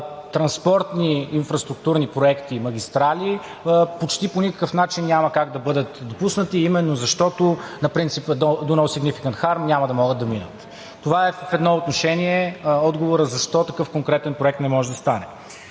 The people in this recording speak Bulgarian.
транспортни инфраструктурни проекти и магистрали почти по никакъв начин няма как да бъдат допуснати именно защото на принципа Do not significant harm няма да могат да минат. Това в едно отношение е отговорът на: защо такъв конкретен проект не може да стане.